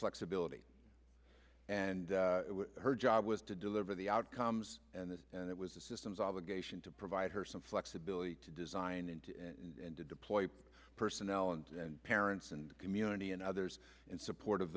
flexibility and her job was to deliver the outcomes and that and it was a systems obligation to provide her some flexibility to design into it and to deploy personnel and parents and community and others in support of